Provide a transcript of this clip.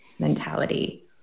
mentality